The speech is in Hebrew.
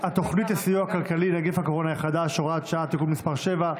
התוכנית לסיוע כלכלי (נגיף הקורונה החדש) (הוראת שעה) (תיקון מס' 7)